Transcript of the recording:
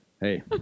Hey